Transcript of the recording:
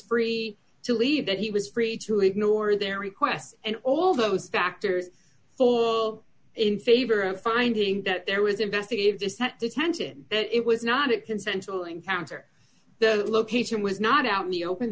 free to leave that he was free to ignore their requests and all those factors for all in favor of finding that there was investigative dissent detention it was not it consensual encounter the location was not out in the open